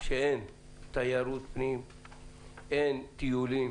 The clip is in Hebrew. שאין תיירות פנים ואין טיולים